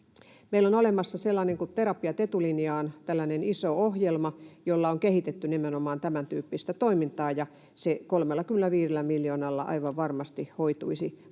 Meillä on olemassa sellainen iso ohjelma kuin Terapiat etulinjaan, jolla on kehitetty nimenomaan tämäntyyppistä toimintaa, ja se 35 miljoonalla aivan varmasti hoituisi, matalan